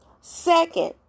Second